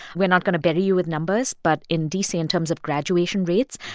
we're not going to burry you with numbers, but in d c, in terms of graduation rates,